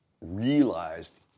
realized